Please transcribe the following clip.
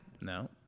No